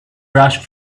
rushed